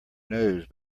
nose